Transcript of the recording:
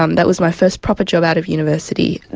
um that was my first proper job out of university.